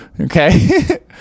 okay